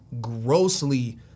grossly